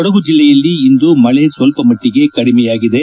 ಕೊಡಗು ಜಿಲ್ಲೆಯಲ್ಲಿ ಇಂದು ಮಳಿ ಸ್ವಲ್ಪಮಟ್ಟಿಗೆ ಕಡಿಮೆಯಾಗಿದೆ